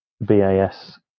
B-A-S